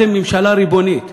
אתם ממשלה ריבונית.